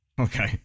Okay